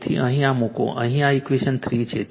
તેથી અહીં આ મૂકો અહીં આ ઇક્વેશન 3 છે